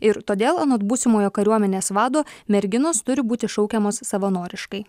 ir todėl anot būsimojo kariuomenės vado merginos turi būti šaukiamos savanoriškai